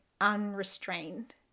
unrestrained